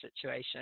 situation